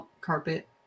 carpet